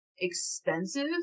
expensive